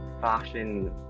fashion